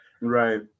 Right